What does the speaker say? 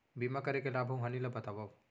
बीमा करे के लाभ अऊ हानि ला बतावव